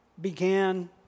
began